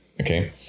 Okay